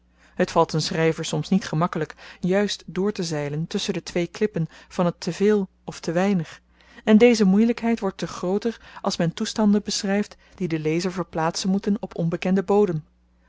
het valt een schryver soms niet gemakkelyk juist doortezeilen tusschen de twee klippen van het te veel of te weinig en deze moeielykheid wordt te grooter als men toestanden beschryft die den lezer verplaatsen moeten op onbekenden bodem